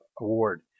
award